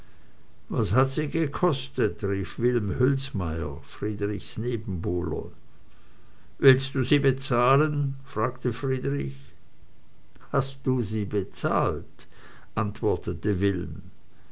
was hat sie gekostet rief wilm hülsmeyer friedrichs nebenbuhler willst du sie bezahlen fragte friedrich hast du sie bezahlt antwortete wilm